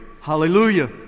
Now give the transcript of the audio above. hallelujah